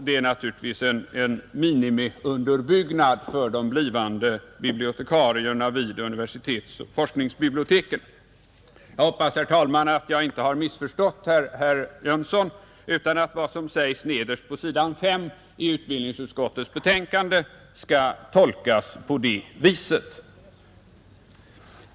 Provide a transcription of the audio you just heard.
Det är naturligtvis en minimiunderbyggnad för de blivande bibliotekarierna vid universitetsoch forskningsbiblioteken. Jag hoppas, herr talman, att jag inte missförstått herr Jönsson utan att vad som sägs nederst på s. 5 i utbildningsutskottets betänkande skall tolkas på det viset.